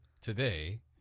today